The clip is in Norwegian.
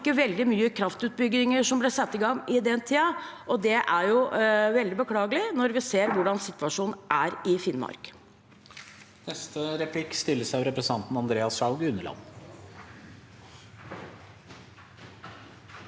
Det var ikke veldig mange kraftutbygginger som ble satt i gang i den tiden, og det er veldig beklagelig når vi ser hvordan situasjonen er i Finnmark.